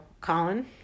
Colin